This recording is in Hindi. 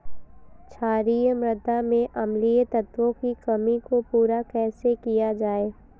क्षारीए मृदा में अम्लीय तत्वों की कमी को पूरा कैसे किया जाए?